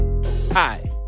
Hi